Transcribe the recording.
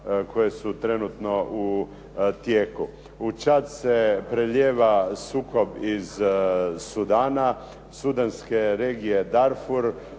koje su trenutno u tijeku. U Čad se prelijeva sukob iz Sudana, sudanske regije Darfur